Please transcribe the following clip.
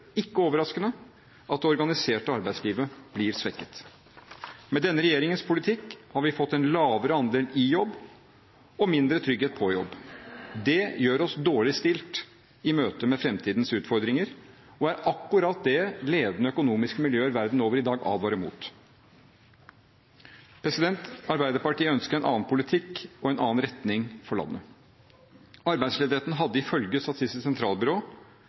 ikke overraskende – at det organiserte arbeidslivet blir svekket. Med denne regjeringens politikk har vi fått en lavere andel i jobb og mindre trygghet på jobb. Det gjør oss dårlig stilt i møte med framtidens utfordringer og er akkurat det ledende økonomiske miljøer verden over i dag advarer mot. Arbeiderpartiet ønsker en annen politikk og en annen retning for landet. Arbeidsledigheten hadde ifølge Statistisk sentralbyrå